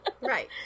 right